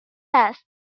است